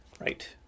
Right